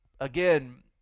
again